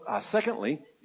Secondly